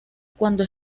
cuando